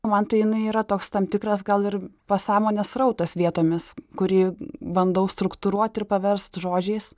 man tai jinai yra toks tam tikras gal ir pasąmonės srautas vietomis kurį bandau struktūruot ir paverst žodžiais